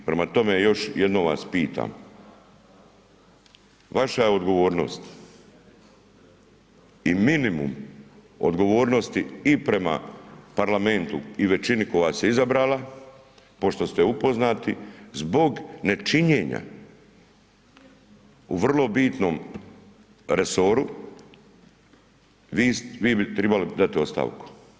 Prema tome, još jednom vas pitam, vaša je odgovornost i minimum odgovornosti i prema Parlamentu i većini koja vas je izabrala pošto ste upoznati zbog nečinjenja u vrlo bitnom resoru vi bi trebali dati ostavku.